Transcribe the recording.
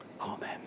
Amen